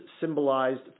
symbolized